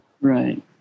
Right